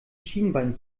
schienbein